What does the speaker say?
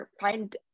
find